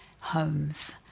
homes